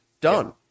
done